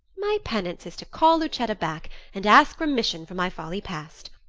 my penance is to call lucetta back and ask remission for my folly past.